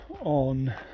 on